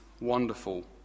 wonderful